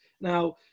now